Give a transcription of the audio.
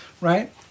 right